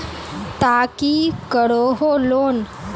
ती की करोहो लोन?